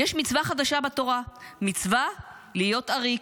"יש מצווה חדשה בתורה, 'מצווה להיות עריק'.